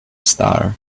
star